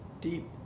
deep